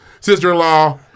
sister-in-law